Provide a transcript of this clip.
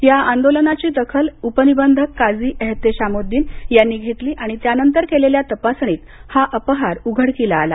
या आंदोलनाची दखल उपनिबंधक काझी ऐहतेशामोद्दीन यांनी घेतली आणि त्यानंतर त्यांनी केलेल्या तपासणीत हा अपहार उघडकीला आला